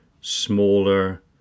smaller